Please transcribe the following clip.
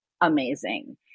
amazing